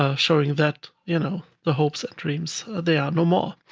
ah showing that you know the hopes and dreams, they are no more.